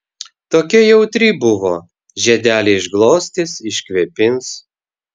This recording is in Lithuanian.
tokia jautri buvo žiedelį išglostys iškvėpins